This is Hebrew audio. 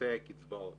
וממוצעי הקצבאות